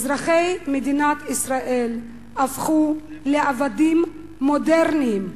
אזרחי מדינת ישראל הפכו לעבדים מודרניים.